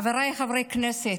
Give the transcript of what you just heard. חבריי חברי הכנסת,